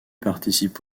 participent